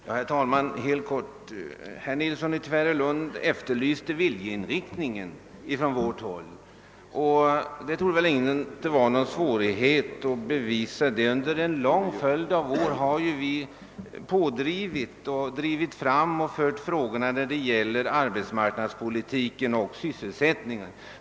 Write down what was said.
Herr talman! Herr Nilsson i Tvärålund efterlyste den positiva viljeinriktningen från vårt håll. Det torde inte vara någon svårighet att bevisa den. Under en lång följd av år har vi drivit på när det gäller arbetsmarknadspolitiken och sysselsättningen.